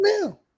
now